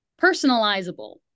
personalizable